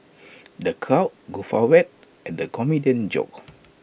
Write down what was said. the crowd guffawed at the comedian's jokes